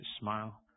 smile